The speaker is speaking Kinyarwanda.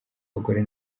abagore